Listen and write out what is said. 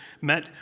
met